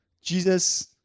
Jesus